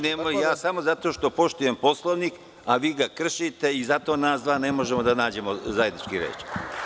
Nemojte, ja zato što poštujem Poslovnik, a vi ga kršite i zato nas dvoje ne možemo da nađemo zajedničku reč.